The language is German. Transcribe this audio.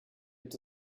gibt